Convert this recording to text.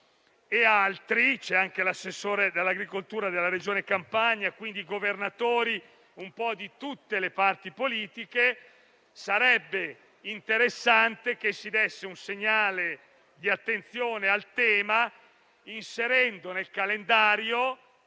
e altri. C'è anche l'assessore all'agricoltura della Regione Campania. Ci saranno quindi esponenti di tutte le parti politiche. Sarebbe interessante che si desse un segnale di attenzione al tema, inserendo nel calendario